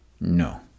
no